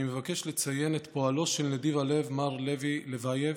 אני מבקש לציין את פועלו של נדיב הלב מר לב לבייב,